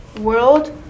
World